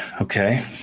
okay